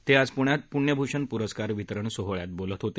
ते ज पुण्यात पुण्यभूषण पुरस्कार वितरण सोहळ्यात बोलत होते